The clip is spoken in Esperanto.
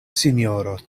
sinjoro